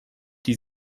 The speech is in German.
die